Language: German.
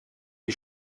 wie